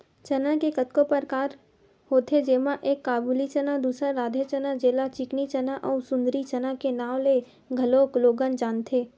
चना के कतको परकार होथे जेमा एक काबुली चना, दूसर राधे चना जेला चिकनी चना अउ सुंदरी चना के नांव ले घलोक लोगन जानथे